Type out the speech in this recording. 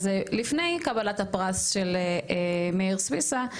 אז לפני קבלת הפרס של מאיר סוויסה,